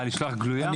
מה, לשלוח גלויה?